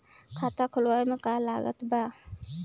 खाता खुलावे मे का का लागत बा?